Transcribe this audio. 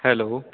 hello